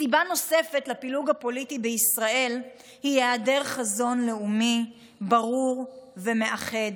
סיבה נוספת לפילוג הפוליטי בישראל היא היעדר חזון לאומי ברור ומאחד.